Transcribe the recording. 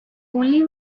only